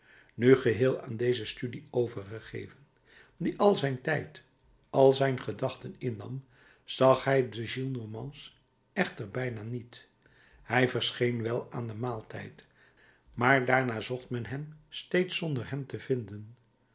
nu geheel aan deze studie overgegeven die al zijn tijd al zijn gedachten innam zag hij de gillenormands echter bijna niet hij verscheen wel aan den maaltijd maar daarna zocht men hem steeds zonder hem te vinden